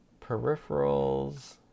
Peripherals